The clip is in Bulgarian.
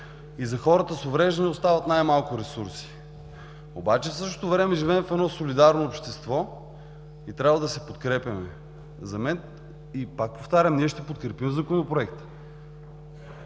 и за хората с увреждания остават най-малко ресурси. В същото време обаче живеем в едно солидарно общество и трябва да се подкрепяме. Пак повтарям – ние ще подкрепим Законопроекта,